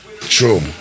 True